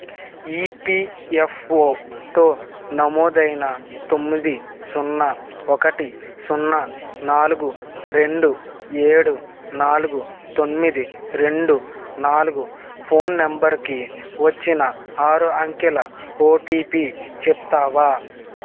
ఈపీఎఫ్ఓతో నమోదైన తొమ్మిది సున్నా ఒకటి సున్నా నాలుగు రెండు ఏడు నాలుగు తొమ్మిది రెండు నాలుగు ఫోన్ నంబర్కి వచ్చిన ఆరు అంకెల ఓటిపి చెప్తావా